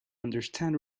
understand